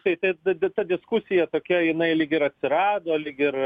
tai taip bet bet ta diskusija tokia jinai lyg ir atsirado lyg ir